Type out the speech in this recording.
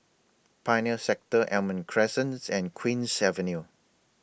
Pioneer Sector Almond Crescent and Queen's Avenue